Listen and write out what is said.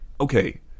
okay